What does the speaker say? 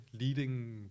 leading